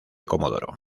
comodoro